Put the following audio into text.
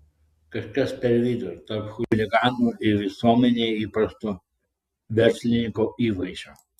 kažkas per vidurį tarp chuligano ir visuomenėje įprasto verslininko įvaizdžio